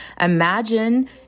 imagine